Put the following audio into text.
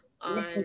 on